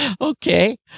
Okay